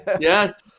Yes